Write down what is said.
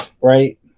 right